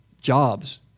jobs